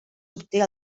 obté